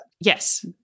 Yes